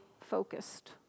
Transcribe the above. focused